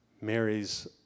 Mary's